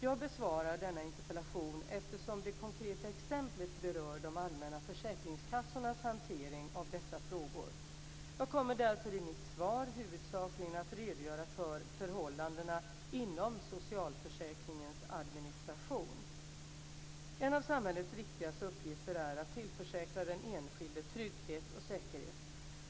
Jag besvarar denna interpellation eftersom det konkreta exemplet berör de allmänna försäkringskassornas hantering av dessa frågor. Jag kommer därför i mitt svar huvudsakligen att redogöra för förhållandena inom socialförsäkringens administration. En av samhällets viktigaste uppgifter är att tillförsäkra den enskilde trygghet och säkerhet.